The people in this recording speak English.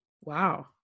Wow